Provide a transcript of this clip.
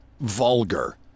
vulgar